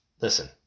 Listen